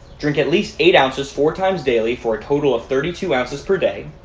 drink at least eight ounces four times daily for a total of thirty two ounces per day.